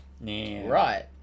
Right